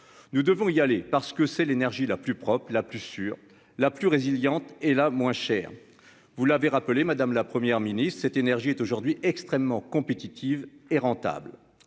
nous devons y aller parce que c'est l'énergie la plus propre, la plus sûre, la plus résilientes et la moins chère, vous l'avez rappelé Madame la première ministre, cette énergie est aujourd'hui extrêmement compétitive et rentable